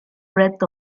breath